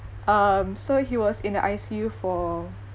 um so he was in the I_C_U for